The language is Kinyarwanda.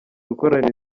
gukorana